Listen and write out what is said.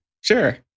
Sure